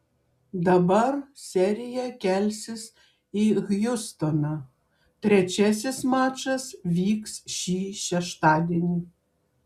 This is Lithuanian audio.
dabar serija kelsis į hjustoną trečiasis mačas vyks šį šeštadienį